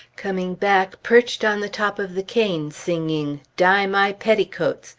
coming back perched on the top of the cane singing, dye my petticoats,